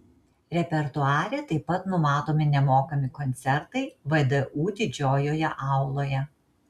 repertuare taip pat numatomi nemokami koncertai vdu didžiojoje auloje